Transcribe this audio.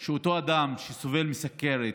של אותו אדם שסובל מסוכרת,